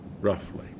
Roughly